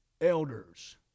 elders